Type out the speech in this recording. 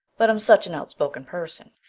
but i'm such an outspoken person.